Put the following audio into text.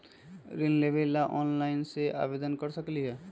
ऋण लेवे ला ऑनलाइन से आवेदन कर सकली?